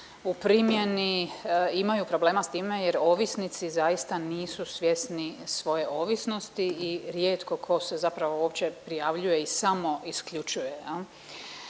u primjeni imaju problema s time jer ovisnici zaista nisu svjesni svoje ovisnosti i rijetko tko se zapravo uopće prijavljuje i samoisključuje.